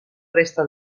resta